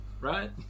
right